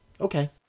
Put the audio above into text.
Okay